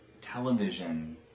television